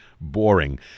boring